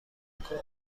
کودکان